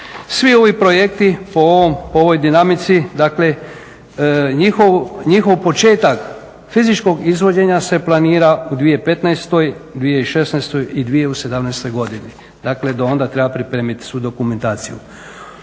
Svi ovi projekti po ovoj dinamici, dakle njihov početak fizičkog izvođenja se planira u 2015., 2016. i 2017. godini. Dakle, do onda treba pripremiti svu dokumentaciju.